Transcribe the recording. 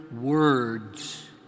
words